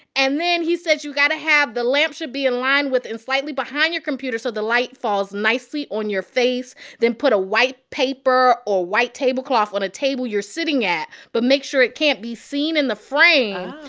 and then, he says, you've got to have the lamp should be in line with and slightly behind your computer so the light falls nicely on your face. then put a white paper or white tablecloth on a table you're sitting at. but make sure it can't be seen in the frame. ah.